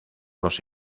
los